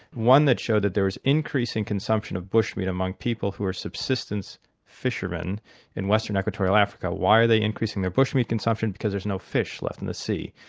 one that showed that there is increasing consumption of bush meat among people who are subsistence fisherman in western equatorial africa. why are they increasing their bush meat consumption? because there's no fish left in the sea,